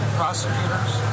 prosecutors